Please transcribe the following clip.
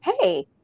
Hey